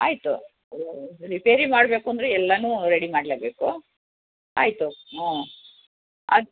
ಆಯ್ತು ರಿಪೇರಿ ಮಾಡಬೇಕು ಅಂದರೆ ಎಲ್ಲಾ ರೆಡಿ ಮಾಡಲೇಬೇಕು ಆಯಿತು ಹೂಂ ಅದು